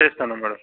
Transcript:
చేస్తాను మేడం